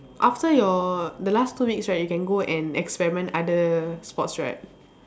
after your the last two weeks right you can go and experiment other sports right